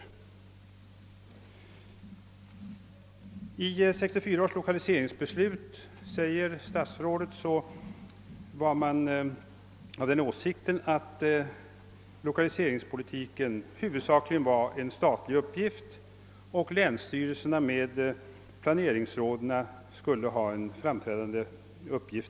Statsrådet säger att vid tiden för 1964 års lokaliseringsbeslut var man av den åsikten att lokaliseringspolitiken huvudsakligen var en statlig uppgift, varvid länsstyrelserna med sina planeringsråd skulle spela en framträdande roll.